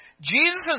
Jesus